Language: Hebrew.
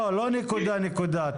לא נקודה-נקודה.